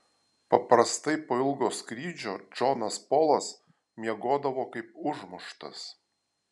paprastai po ilgo skrydžio džonas polas miegodavo kaip užmuštas